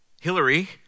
Hillary